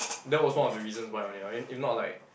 that was one of the reasons why only I mean if not like